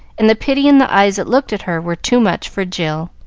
and the pity in the eyes that looked at her, were too much for jill.